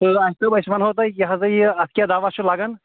ٲں اَسہِ دوٚپ اَسہِ ونہو تۄہہِ یا سا یہِ اتھ کیٛاہ دوا چھُ لَگان